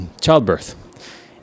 childbirth